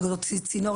מלכודות צינור,